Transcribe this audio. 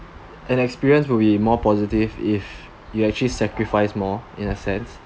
an experience will be more positive if you actually sacrifice more in a sense